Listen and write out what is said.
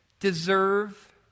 deserve